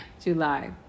July